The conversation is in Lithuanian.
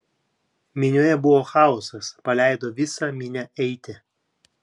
minioje buvo chaosas paleido visą minią eiti